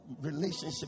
relationship